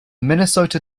minnesota